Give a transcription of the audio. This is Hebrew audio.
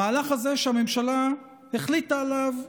המהלך הזה שהממשלה החליטה עליו,